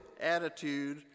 attitude